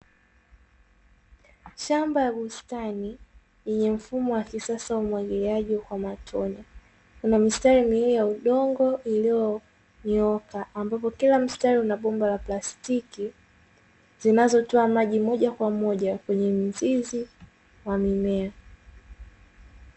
Shamba la bustani lenye mfumo wa kisasa wa umwagiliaji kwa matone, kuna mistari miwili ya udongo iliyonyooka ambapo kuna bomba la plastiki zinazotoa maji moja kwa moja kwenye mizizi kwa mmea.